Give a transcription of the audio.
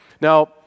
Now